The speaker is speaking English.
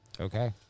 Okay